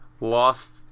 lost